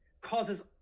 causes